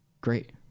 great